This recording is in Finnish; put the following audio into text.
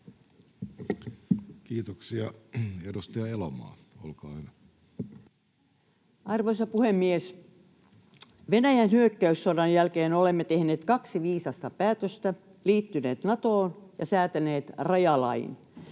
Kiitoksia. — Edustaja Elomaa, olkaa hyvä. Arvoisa puhemies! Venäjän hyökkäyssodan jälkeen olemme tehneet kaksi viisasta päätöstä: liittyneet Natoon ja säätäneet rajalain.